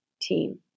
team